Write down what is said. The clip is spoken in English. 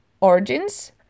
origins